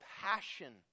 passion